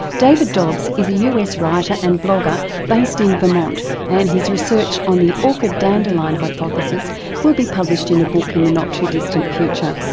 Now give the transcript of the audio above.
david dobbs is a us writer and blogger based in vermont and his research on the orchid dandelion hypothesis will be published in a book in the not too distant future.